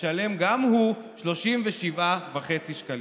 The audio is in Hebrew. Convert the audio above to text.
ישלם גם הוא 37.5 שקלים.